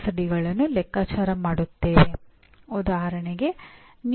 ಆ ಪರಿಣಾಮಗಳು ಏನೆಂದು ಬರೆಯಲು ಅಥವಾ ನಿರ್ಧರಿಸಲು ಅವರಿಗೆ ಪೂರ್ಣ ಸ್ವಾತಂತ್ರ್ಯವಿದೆ